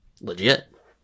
legit